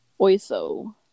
Oiso